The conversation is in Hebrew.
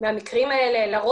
הפרקליטות וגם על בתי המשפט.